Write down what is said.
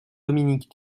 dominique